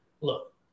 look